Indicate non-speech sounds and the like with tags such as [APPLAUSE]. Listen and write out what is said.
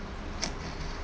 [NOISE]